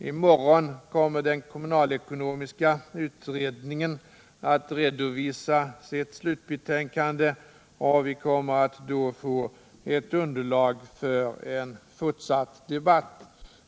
I morgon kommer den kommunalekonomiska utredningen att redovisa sitt slutbetänkande, och vi får då ett underlag för en fortsatt debatt.